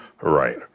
Right